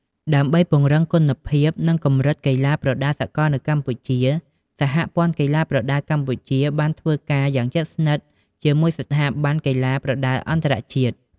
ដើម្បីពង្រឹងគុណភាព និងកម្រិតកីឡាប្រដាល់សកលនៅកម្ពុជា សហព័ន្ធកីឡាប្រដាល់កម្ពុជា បានធ្វើការយ៉ាងជិតស្និទ្ធជាមួយស្ថាប័នកីឡាប្រដាល់អន្តរជាតិ។